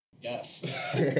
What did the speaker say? yes